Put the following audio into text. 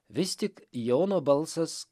vis tik jono balsas